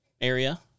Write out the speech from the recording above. area